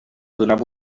donava